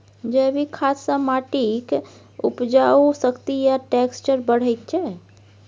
जैबिक खाद सँ माटिक उपजाउ शक्ति आ टैक्सचर बढ़ैत छै